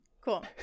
Cool